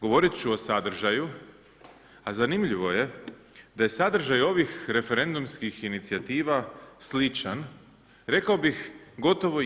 Govorit ću o sadržaju, a zanimljivo je da je sadržaj ovih referendumskih inicijativa sličan, rekao bih gotovo isti.